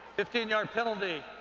fifteen yard penalty,